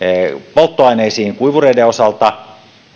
polttoaineisiin kuivureiden osalta